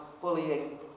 bullying